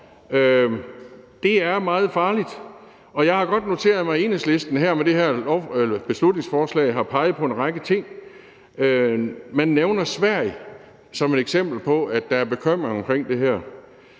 Det er meget farligt. Jeg har godt noteret mig, at Enhedslisten med det her beslutningsforslag har peget på en række ting, og man nævner Sverige som et eksempel på, at der er bekymring om det her.